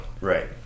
Right